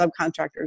subcontractors